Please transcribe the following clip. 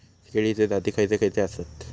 केळीचे जाती खयचे खयचे आसत?